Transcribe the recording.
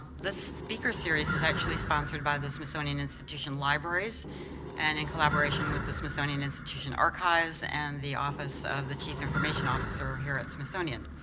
the speaker series is actually sponsored by the smithsonian institution libraries libraries and in collaboration with the smithsonian institution archives and the office of the chief information officer here at smithsonian.